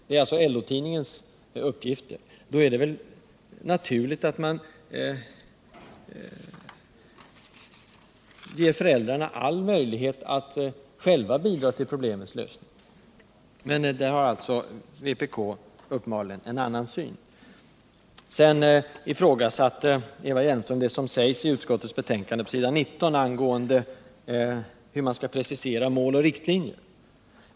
I ett sådant läge är det naturligt att man ger föräldrarna all möjlighet att själva bidra till problemets lösning. Men i det avseendet har vpk uppenbarligen en annan syn. Eva Hjelmström ifrågasatte också det som sägs i utskottets betänkande på s. 19 angående hur man skall precisera mål och riktlinjer.